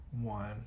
one